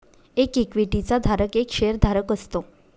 एक इक्विटी चा धारक एक शेअर धारक असतो